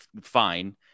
fine